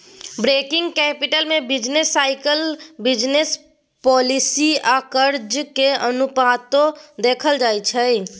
working capital में business cycle, business policy आ कर्जा के अनुपातो देखल जाइ छइ